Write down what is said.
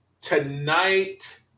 tonight